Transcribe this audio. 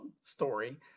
story